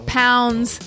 pounds